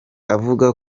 avuga